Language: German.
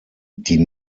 die